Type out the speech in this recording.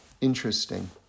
interesting